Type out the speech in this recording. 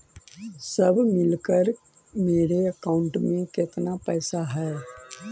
सब मिलकर मेरे अकाउंट में केतना पैसा है?